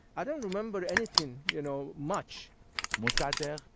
i don't remember anything, you know, much mossadegh,